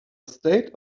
state